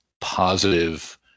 positive